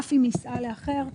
אף אם נישאה לאחר,